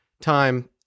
time